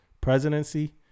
presidency